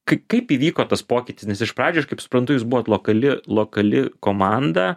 kaip kaip įvyko tas pokytis nes iš pradžių aš kaip suprantu jūs buvot lokali lokali komanda